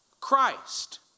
Christ